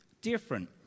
different